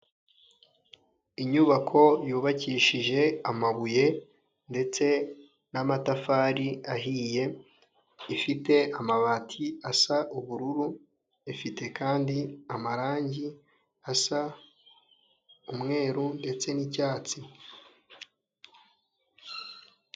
Inyubako yubakishije amabuye ndetse n'amatafari ahiye, ifite amabati asa ubururu ifite kandi amarangi asa umweru ndetse n'icyatsi.